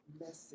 message